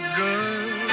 good